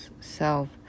self